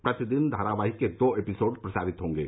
प्रतिदिन धारावाहिक के दो एपिसोंड प्रसारित होंगे